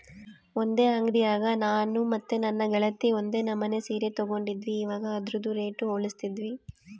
ಒಂದೇ ಅಂಡಿಯಾಗ ನಾನು ಮತ್ತೆ ನನ್ನ ಗೆಳತಿ ಒಂದೇ ನಮನೆ ಸೀರೆ ತಗಂಡಿದ್ವಿ, ಇವಗ ಅದ್ರುದು ರೇಟು ಹೋಲಿಸ್ತಿದ್ವಿ